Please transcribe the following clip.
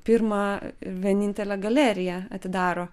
pirmą vienintelę galeriją atidaro